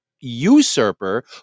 usurper